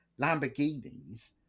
Lamborghinis